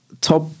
top